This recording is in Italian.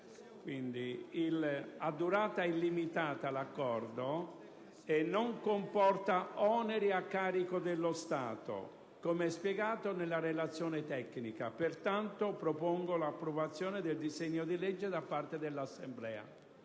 ha durata illimitata e non comporta oneri a carico dello Stato, come spiegato nella relazione tecnica. Pertanto, propongo l'approvazione del disegno di legge da parte dell'Assemblea.